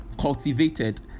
cultivated